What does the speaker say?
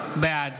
בעד